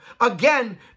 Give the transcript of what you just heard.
Again